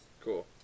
Cool